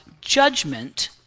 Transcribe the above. judgment